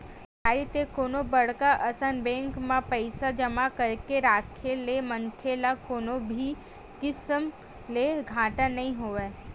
सरकारी ते कोनो बड़का असन बेंक म पइसा जमा करके राखे ले मनखे ल कोनो भी किसम ले घाटा नइ होवय